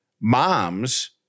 moms